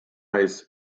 ice